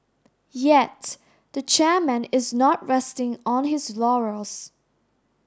yet the chairman is not resting on his laurels